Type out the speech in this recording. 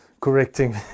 correcting